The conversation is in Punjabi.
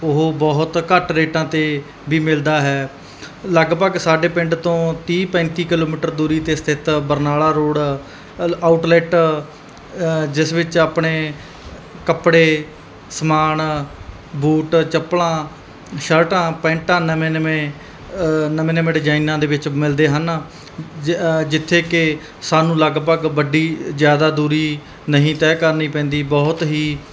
ਉਹ ਬਹੁਤ ਘੱਟ ਰੇਟਾਂ 'ਤੇ ਵੀ ਮਿਲਦਾ ਹੈ ਲਗਭਗ ਸਾਡੇ ਪਿੰਡ ਤੋਂ ਤੀਹ ਪੈਂਤੀ ਕਿਲੋਮੀਟਰ ਦੂਰੀ 'ਤੇ ਸਥਿਤ ਬਰਨਾਲਾ ਰੋਡ ਆਊਟ ਲੈਟ ਜਿਸ ਵਿੱਚ ਆਪਣੇ ਕੱਪੜੇ ਸਮਾਨ ਬੂਟ ਚੱਪਲਾਂ ਸ਼ਰਟਾਂ ਪੈਂਟਾਂ ਨਵੇਂ ਨਵੇਂ ਨਵੇਂ ਨਵੇਂ ਡਿਜ਼ਾਈਨਾਂ ਦੇ ਵਿੱਚ ਮਿਲਦੇ ਹਨ ਜ ਜਿੱਥੇ ਕਿ ਸਾਨੂੰ ਲਗਭਗ ਵੱਡੀ ਜ਼ਿਆਦਾ ਦੂਰੀ ਨਹੀਂ ਤੈਅ ਕਰਨੀ ਪੈਂਦੀ ਬਹੁਤ ਹੀ